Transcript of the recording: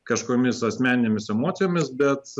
kažkokiomis asmeninėmis emocijomis bet